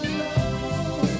love